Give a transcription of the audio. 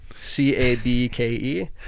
C-A-B-K-E